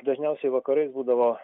dažniausiai vakarais būdavo